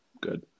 Good